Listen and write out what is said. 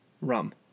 rum